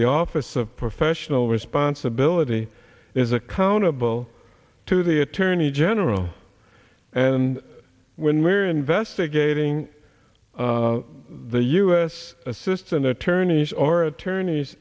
the office of professional responsibility is accountable to the attorney general and when we're investigating the u s assistant attorney or attorneys